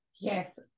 Yes